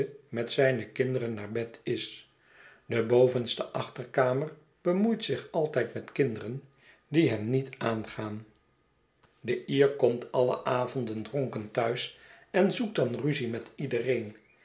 met zijne kinderen naar bed is de bovenste achterkamer bemoeit zich altijd met kinderen die hem niet aangaan de ler komt alle avonden dronken thuis en zoekt dan ruzie met iedereen